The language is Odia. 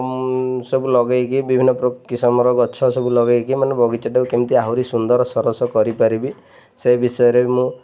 ମୁଁ ସବୁ ଲଗେଇକି ବିଭିନ୍ନ କିସମର ଗଛ ସବୁ ଲଗେଇକି ମାନେ ବଗିଚାଟାକୁ କେମିତି ଆହୁରି ସୁନ୍ଦର ସରସ କରିପାରିବି ସେ ବିଷୟରେ ମୁଁ